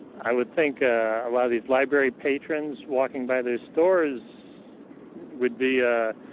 i would think ah a lot of these library patrons walking by their stories would be a,